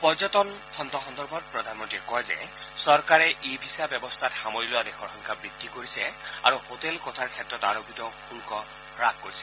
পৰ্যটন খণ্ড সন্দৰ্ভত প্ৰধানমন্ত্ৰীয়ে কয় যে চৰকাৰে ই ভিছা ব্যৱস্থাত সামৰি লোৱা দেশৰ সংখ্যা বৃদ্ধি কৰিছে আৰু হোটেল কোঠাৰ ক্ষেত্ৰত আৰোপিত শুল্ক হ্যাস কৰিছে